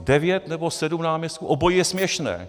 Devět nebo sedm náměstků, obojí je směšné.